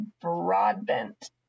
Broadbent